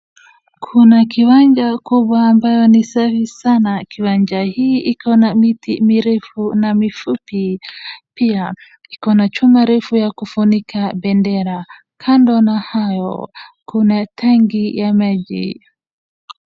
Kuna kiwanja kubwa ambayo ni safi sana. Kiwanja hii iko na miti mirefu na mifupi, pia, iko na chuma refu ya kufunika bendera. Kando na hayo, kuna tanki ya maji.